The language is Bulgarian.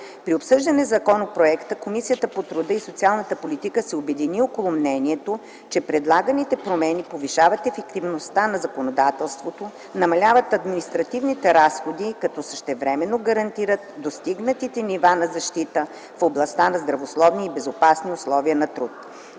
При обсъждането на законопроекта Комисията по труда и социалната политика се обедини около мнението, че предлаганите промени повишават ефективността на законодателството, намаляват административните разходи, като същевременно гарантират достигнатите нива на защита в областта на здравословните и безопасни условия на труда.